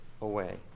away